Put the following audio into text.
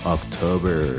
October